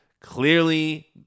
clearly